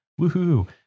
woohoo